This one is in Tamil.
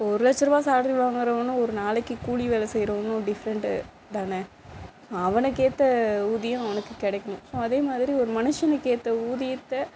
ஒரு லட்சம் ரூபா சேலரி வாங்கிறவனும் ஒரு நாளைக்கு கூலி வேலை செய்கிறவனும் டிஃபரெண்ட் தானே அவனுக்கு ஏற்ற ஊதியம் அவனுக்கு கிடைக்கணும் ஸோ அதே மாதிரி ஒரு மனுஷனுக்கு ஏற்ற ஊதியத்தை